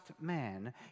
man